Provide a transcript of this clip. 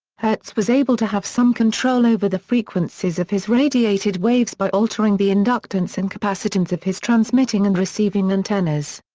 hertz was able to have some control over the frequencies of his radiated waves by altering the inductance and capacitance of his transmitting and receiving antennas.